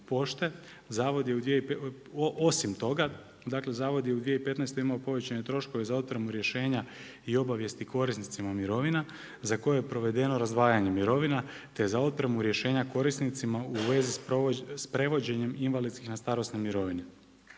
pošte osim toga zavod je u 2015. imao povećane troškove za otpremu rješenja i obavijesti korisnicima mirovina za koje je provedeno razdvajanje mirovina te za otpremu rješenja korisnicima u vezi s prevođenjem invalidskih na starosne mirovine.